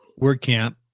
WordCamp